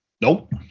nope